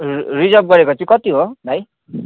र रिजर्भ गरेको चाहिँ कति हो भाइ